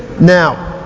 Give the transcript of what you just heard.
Now